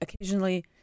occasionally